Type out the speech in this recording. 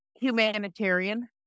humanitarian